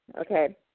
Okay